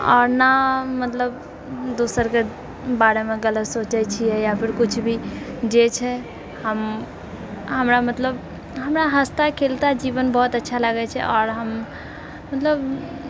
आओर ने मतलब दोसरके बारेमे गलत सोचै छियै या फिर किछु भी जे छै हम हमरा मतलब हमरा हँसता खेलता जीवन बहुत अच्छा लागै छै आओर हम मतलब